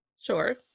sure